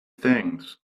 things